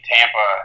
Tampa